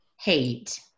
hate